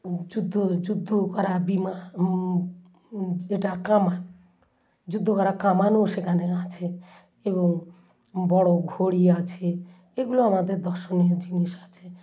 যুদ্ধ যুদ্ধ করা বিমা যেটা কামান যুদ্ধ করা কামানও সেখানে আছে এবং বড় ঘড়ি আছে এগুলো আমাদের দর্শনীয় জিনিস আছে